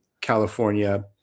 California